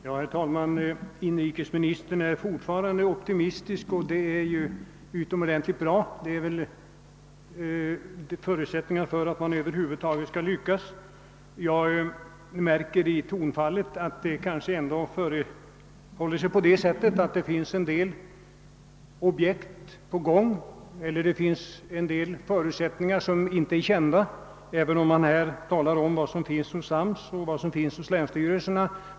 Herr talman! Inrikesministern är fortfarande optimistisk, vilket ju är utomordentligt bra. Det är en förutsättning för att man över huvud taget skall lyckas. Jag märker på hans tonfall att det kanske ändå förhåller sig så, att det finns en del objekt på gång som inte är officiella. Han talade om vad som ligger hos AMS och vad som finns hos länsstyrelserna.